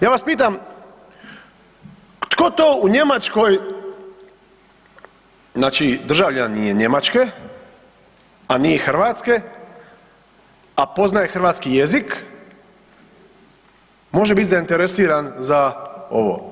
Ja vas pitam tko to u Njemačkoj, znači državljanin je Njemačke, a nije Hrvatske, a poznaje hrvatski jezik može biti zainteresiran za ovo.